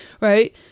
Right